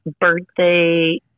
birthday